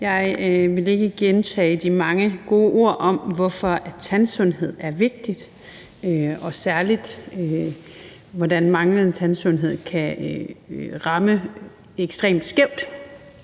Jeg vil ikke gentage de mange gode ord om, hvorfor tandsundhed er vigtigt, og særlig hvordan manglende tandsundhed kan ramme ekstremt skævt.